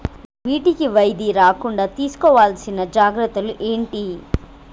వీటికి వ్యాధి రాకుండా తీసుకోవాల్సిన జాగ్రత్తలు ఏంటియి?